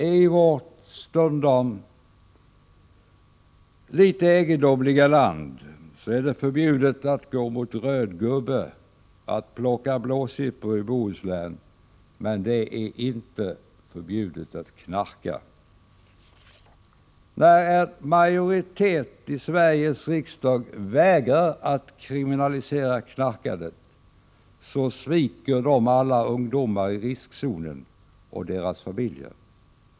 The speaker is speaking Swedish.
I vårt stundom litet egendomliga land är det förbjudet att gå mot röd gubbe, att plocka blåsippor i Bohuslän — men det är inte förbjudet att knarka! När en majoritet i Sveriges riksdag vägrar att kriminalisera knarkandet sviker de alla ungdomar i riskzonen och deras familjer.